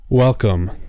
Welcome